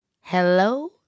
Hello